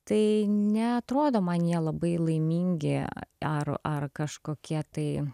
tai neatrodo man jie labai laimingi ar ar kažkokie tai